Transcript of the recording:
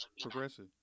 progressive